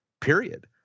period